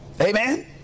Amen